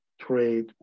trade